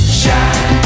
shine